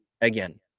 again